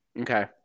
Okay